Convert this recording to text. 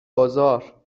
بازار